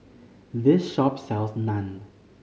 this shop sells Naan